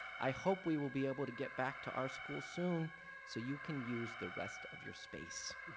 i hope we will be able to get back to our school soon so you can use the rest of your space.